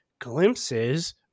glimpses